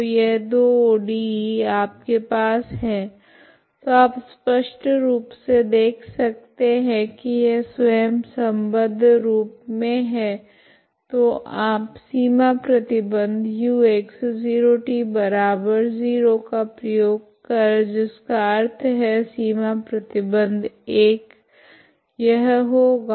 तो यह दो ODE आपके पास है तो आप स्पष्ट रूप से देख सकते है की यह स्वयं सम्बद्ध रूप मे है तो आप सीमा प्रतिबंध ux0t0 का प्रयोग करे जिसका अर्थ है सीमा प्रतिबंध 1 यह होगा